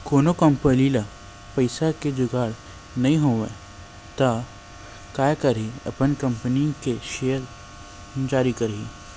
कोनो कंपनी ल पइसा के जुगाड़ नइ होवय त काय करही अपन कंपनी के सेयर जारी करही